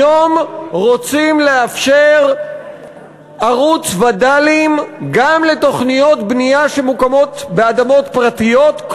היום רוצים לאפשר ערוץ וד"לים גם לתוכנית בנייה באדמות פרטיות,